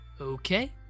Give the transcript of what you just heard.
Okay